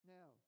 Now